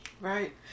Right